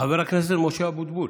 חבר הכנסת משה אבוטבול.